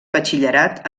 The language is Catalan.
batxillerat